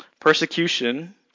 Persecution